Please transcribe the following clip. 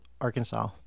Arkansas